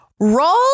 roll